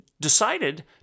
decided